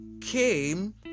came